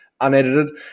unedited